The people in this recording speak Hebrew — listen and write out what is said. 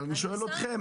אבל אני שואל אתכם,